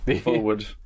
forward